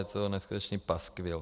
A je to neskutečný paskvil.